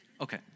Okay